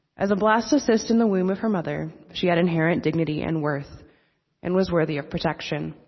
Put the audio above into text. as a blastocyst in the womb of her mother, she had inherent dignity and worth and was worthy of protection.